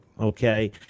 Okay